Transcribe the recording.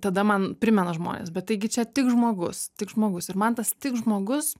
tada man primena žmones bet taigi čia tik žmogus tik žmogus ir man tas tik žmogus